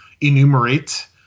enumerate